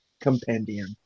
Compendium